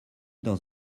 dans